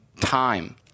time